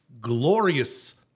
Glorious